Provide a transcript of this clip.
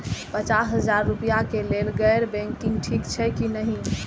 पचास हजार रुपए के लेल गैर बैंकिंग ठिक छै कि नहिं?